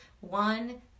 One